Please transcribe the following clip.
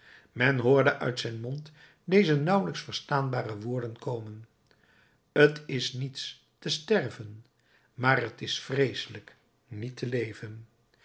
men hoorde uit zijn mond deze nauwelijks verstaanbare woorden komen t is niets te sterven maar t is vreeselijk niet te leven